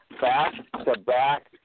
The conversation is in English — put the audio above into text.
back-to-back